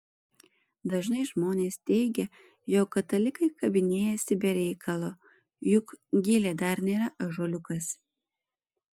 dažnai žmonės teigia jog katalikai kabinėjasi be reikalo juk gilė dar nėra ąžuoliukas